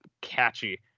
catchy